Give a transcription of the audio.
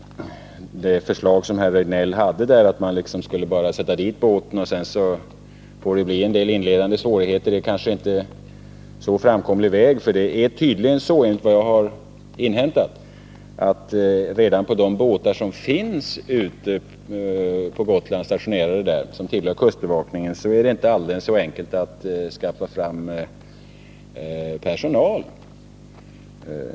Det förslag som herr Rejdnell framförde, att fartygen bara skulle stationeras på Gotland och att det sedan fick bli en del inledande svårigheter, kanske inte är särskilt lätt att genomföra. Det är — enligt vad jag har inhämtat — inte så enkelt att skaffa fram personal till de båtar som redan finns stationerade på Gotland och tillhör kustbevakningen där.